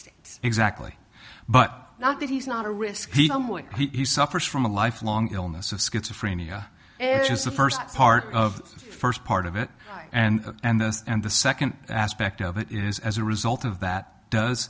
states exactly but now that he's not a risk he suffers from a lifelong illness of schizophrenia is the first part of the first part of it and and that's and the second aspect of it is as a result of that does